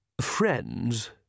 friends